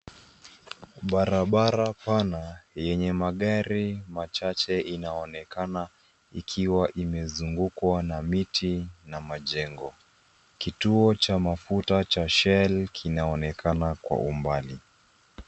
Barabara pana, yenye magari machache, inaonekana ikiwa imezungukwa na miti na majengo. Kituo cha mafuta cha shell, kinaonekana kwa umbali.